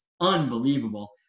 unbelievable